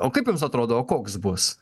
o kaip jums atrodo o koks bus